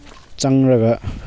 ꯆꯪꯂꯒ